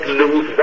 lose